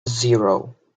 zero